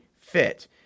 fit